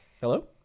Hello